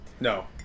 No